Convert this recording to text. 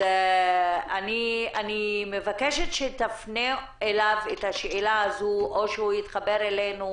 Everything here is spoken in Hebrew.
אני מבקשת שתפנה אליו את השאלה או שהוא יתחבר אלינו,